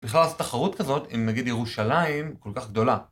בכלל אז תחרות כזאת, אם נגיד ירושלים, כל כך גדולה.